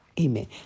amen